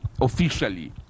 officially